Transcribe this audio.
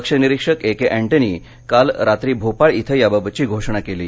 पक्ष निरीक्षक ऐ के एंटनी यांनी काल रात्री भोपाळ इथं याबाबतची घोषणा केली